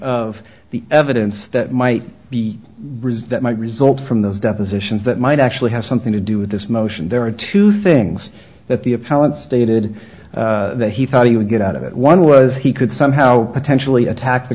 of the evidence that might be raised that might result from the depositions that might actually have something to do with this motion there are two things that the appellant stated that he thought he would get out of it one was he could somehow potentially attack the